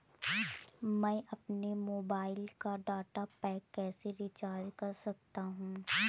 मैं अपने मोबाइल का डाटा पैक कैसे रीचार्ज कर सकता हूँ?